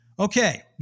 Okay